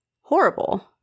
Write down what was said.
horrible